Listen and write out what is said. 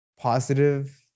Positive